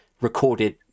recorded